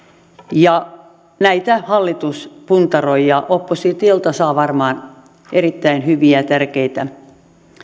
näitä hallitus puntaroi ja oppositiolta saa varmaan erittäin hyviä ja tärkeitä